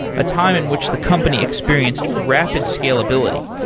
a time in which the company experienced rapid scalability.